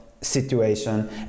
situation